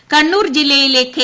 P Kannur ജില്ലയിലെ K